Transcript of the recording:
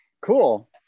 Cool